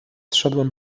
szedłem